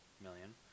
million